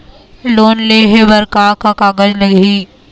Loan लेहे बर का का कागज लगही?